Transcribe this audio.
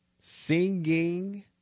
Singing